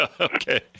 okay